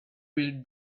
will